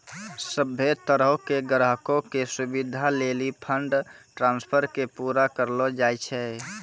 सभ्भे तरहो के ग्राहको के सुविधे लेली फंड ट्रांस्फर के पूरा करलो जाय छै